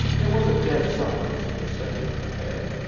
there was a dead silence in the study overhead,